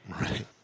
Right